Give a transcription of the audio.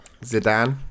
Zidane